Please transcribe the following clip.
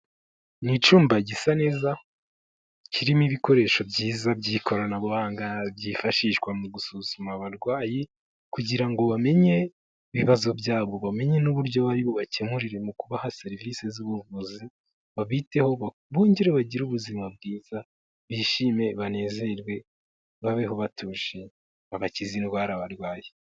Ni icyumba gisa neza kirimo ibikoresho byiza by'ikoranabuhanga byifashishwa mu gusuzuma abarwayi kugira ngo bamenye ibibazo byabo, bamenyi n'uburyo bari bubakemurire mu kubaha serivisi z'ubuvuzi, babiteho bongere bagire ubuzima bwiza bishime banezerwe, babeho batuje, babakize indwara barwaye.